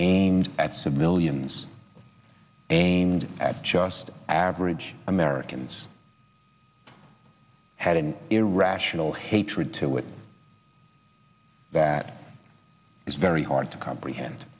aimed at civilians and at just average americans had an irrational hatred to it that is very hard to comprehend